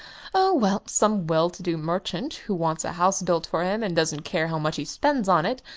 oh, well, some well-to-do merchant who wants a house built for him and doesn't care how much he spends on it.